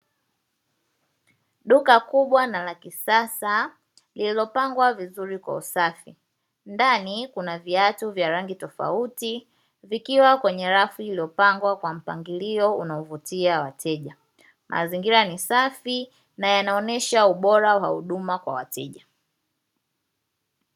Duka kubwa na la kisasa lililo pangwa vizuri kwa usafi ndani kuna viatu vya rangi tofauti vikiwa kwenye rafu iliyopangwa kwa mpangilio unao vutia wateja, mazingira ni safi na yanaonesha ubora wa huduma kwa wateja.